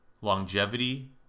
longevity